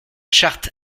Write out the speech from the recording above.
charte